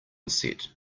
set